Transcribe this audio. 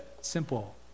Simple